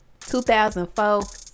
2004